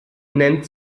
nennt